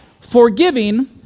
forgiving